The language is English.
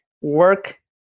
work